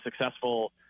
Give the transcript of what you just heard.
successful